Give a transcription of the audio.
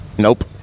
Nope